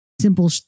simple